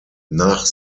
nach